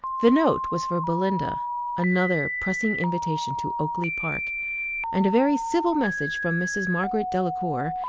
the note was for belinda another pressing invitation to oakly-park and a very civil message from mrs. margaret delacour,